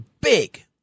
big